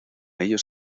ellos